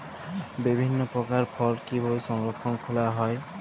বিভিন্ন প্রকার ফল কিভাবে সংরক্ষণ করা হয়?